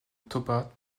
toba